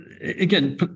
again